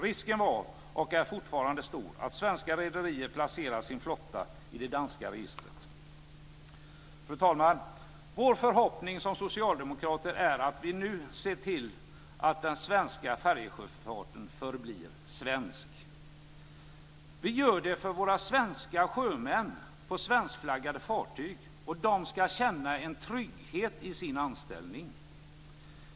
Risken var och är fortfarande stor att svenska rederier placerar sin flotta i det danska registret. Fru talman! Socialdemokraternas förhoppning är att vi nu ser till att den svenska färjesjöfarten förblir svensk. Vi gör det för att våra svenska sjömän på svenskflaggade fartyg ska känna en trygghet i sin anställning.